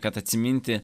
kad atsiminti